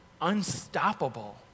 Unstoppable